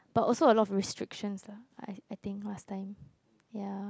but also a lot of restrictions lah I I think last time ya